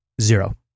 Zero